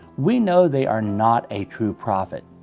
we know they are not a true prophet.